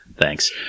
thanks